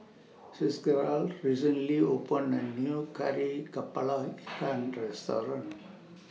Fitzgerald recently opened A New Kari Kepala Ikan Restaurant